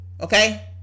okay